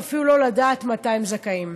ואפילו לא לדעת מתי הם זכאים.